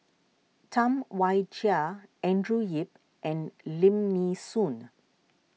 Tam Wai Jia Andrew Yip and Lim Nee Soon